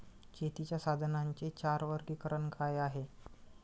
शेतीच्या साधनांचे चार वर्गीकरण काय आहे?